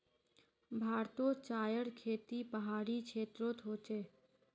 भारतोत चायर खेती पहाड़ी क्षेत्रोत होचे